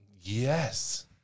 Yes